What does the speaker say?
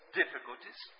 difficulties